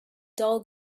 dull